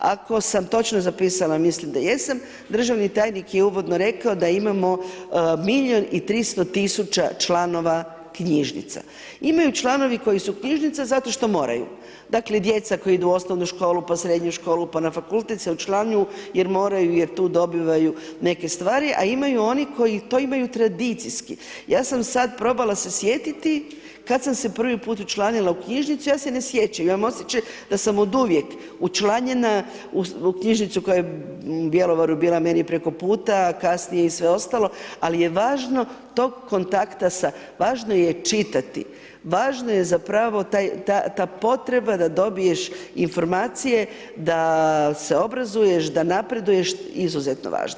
Ako sam točno zapisala, mislim da jesam, državni tajnik je uvodno rekao da imamo 1.300.000 članova knjižnica, imaju članovi koji su knjižnica zato što moraju, dakle djeca koja idu u osnovnu školu, pa srednju školu, pa na fakultet se učlanjuju jer moraju jer tu dobivaju neke stvari, a ima i onih koji to imaju tradicijski, ja sam sad probala se sjetiti kad sam se prvi put učlanila u knjižnicu, ja se ne sjećam, imam osjećaj da sam oduvijek učlanjena u knjižnicu koja je u Bjelovaru bila meni preko puta, kasnije i sve ostalo, ali je važno tog kontakta sa, važno je čitati važno je zapravo ta potreba da dobiješ informacije da se obrazuješ, da napreduješ, izuzetno važna.